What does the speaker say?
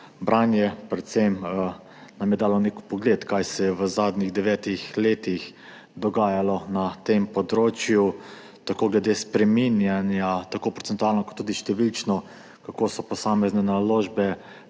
branje, predvsem nam je dal nek vpogled, kaj se je v zadnjih devetih letih dogajalo na tem področju, tako glede spreminjanja, procentualno kot tudi številčno, kako so posamezne naložbe